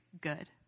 good